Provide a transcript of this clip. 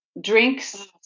drinks